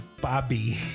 Bobby